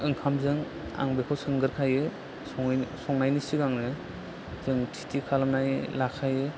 ओंखामजों आं बेखौ सोंग्रोखायो सङै संनायनि सिगांनो जों थि थि खालामनानै लाखायो